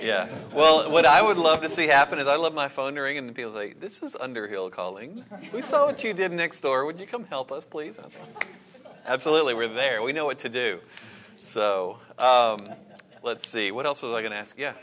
yeah well what i would love to see happen is i love my phone during the feels like this is underhill calling we saw what you did next door would you come help us please absolutely we're there we know what to do so let's see what else w